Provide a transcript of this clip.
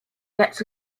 gets